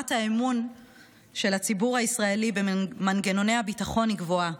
רמת האמון של הציבור הישראלי במנגנוני הביטחון היא גבוהה.